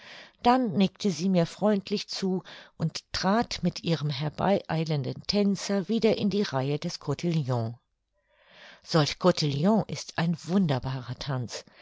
dann nickte sie mir freundlich zu und trat mit ihrem herbeieilenden tänzer wieder in die reihe des cotillon solch cotillon ist ein wunderbarer tanz